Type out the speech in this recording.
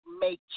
make